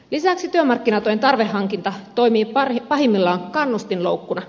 lisäksi työmarkkinatuen tarveharkinta toimii pahimmillaan kannustinloukkuna